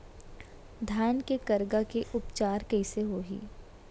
धान के करगा के उपचार कइसे होही?